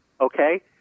okay